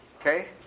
Okay